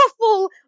awful